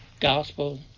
gospel